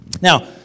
Now